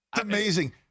Amazing